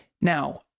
Now